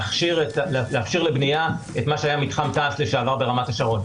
לא קשורות כהוא זה למה שכתוב בחקיקה.